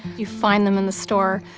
you find them in the store,